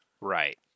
right